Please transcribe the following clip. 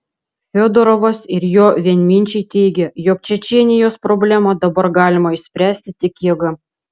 fiodorovas ir jo vienminčiai teigia jog čečėnijos problemą dabar galima išspręsti tik jėga